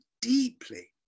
deeply